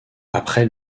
après